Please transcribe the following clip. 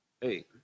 Hey